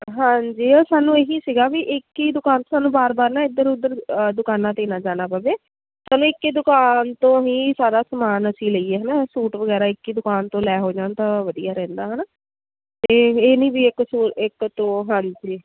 ਹਾਂਜੀ ਉਹ ਸਾਨੂੰ ਇਹ ਹੀ ਸੀਗਾ ਵੀ ਇੱਕ ਹੀ ਦੁਕਾਨ ਸਾਨੂੰ ਵਾਰ ਵਾਰ ਨਾ ਇਧਰ ਉੱਧਰ ਦੁਕਾਨਾਂ 'ਤੇ ਨਾ ਜਾਣਾ ਪਵੇ ਸਾਨੂੰ ਇੱਕ ਹੀ ਦੁਕਾਨ ਤੋਂ ਹੀ ਸਾਰਾ ਸਮਾਨ ਅਸੀਂ ਲਈਏ ਹੈ ਨਾ ਸੂਟ ਵਗੈਰਾ ਇੱਕ ਹੀ ਦੁਕਾਨ ਤੋਂ ਲੈ ਹੋ ਜਾਣ ਤਾਂ ਵਧੀਆ ਰਹਿੰਦਾ ਹੈ ਨਾ ਅਤੇ ਇਹ ਨਹੀ ਵੀ ਇਹ ਇੱਕ ਤੋਂ ਹਾਂਜੀ